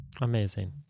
Amazing